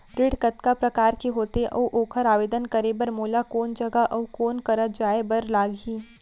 ऋण कतका प्रकार के होथे अऊ ओखर आवेदन करे बर मोला कोन जगह अऊ कोन करा जाए बर लागही?